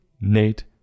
Nate